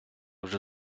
вже